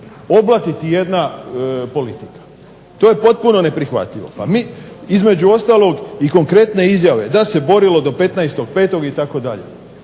oblatiti jedna politika. To je potpuno neprihvatljivo. Pa između ostalog i konkretne izjave da se borilo do 15.5. itd.